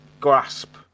grasp